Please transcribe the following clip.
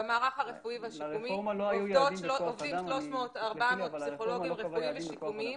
במערך הרפואי והשיקומי עובדים 400-300 פסיכולוגים רפואיים ושיקומיים.